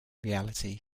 reality